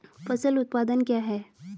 फसल उत्पादन क्या है?